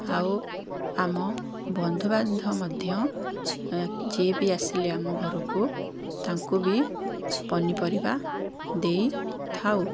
ଆଉ ଆମ ବନ୍ଧୁବାନ୍ଧ ମଧ୍ୟ ଯିଏବି ଆସିଲେ ଆମ ଘରୁକୁ ତାଙ୍କୁ ବି ପନିପରିବା ଦେଇଥାଉ